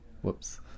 Whoops